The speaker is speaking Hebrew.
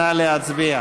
נא להצביע.